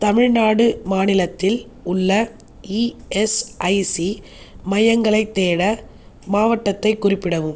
தமிழ்நாடு மாநிலத்தில் உள்ள இஎஸ்ஐசி மையங்களைத் தேட மாவட்டத்தைக் குறிப்பிடவும்